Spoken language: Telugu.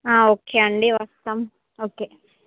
ఓకే అండీ వస్తాము ఓకే